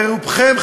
הרי רובכם,